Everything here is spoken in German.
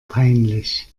peinlich